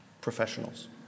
professionals